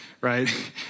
right